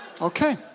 okay